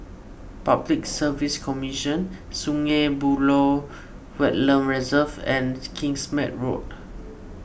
Public Service Commission Sungei Buloh Wetland Reserve and Kingsmead Road